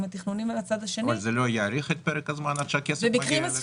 התכנונים מן הצד השני --- אבל זה לא יאריך את פרק הזמן עד שהכסף מגיע?